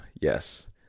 yes